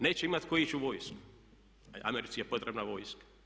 Neće imati tko ići u vojsku a Americi je potrebna vojska.